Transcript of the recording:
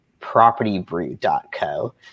propertybrew.co